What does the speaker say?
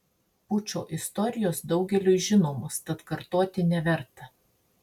pučo istorijos daugeliui žinomos tad kartoti neverta